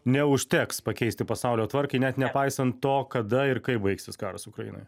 neužteks pakeisti pasaulio tvarkai net nepaisant to kada ir kaip baigsis karas ukrainoje